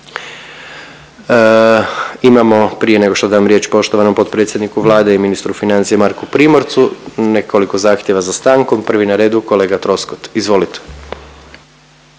Imamo prije nego što dam riječ poštovanom potpredsjedniku Vlade i ministru financija Marku Primorcu nekoliko zahtjeva za stankom, prvi na redu kolega Troskot. Izvolite.